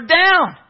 down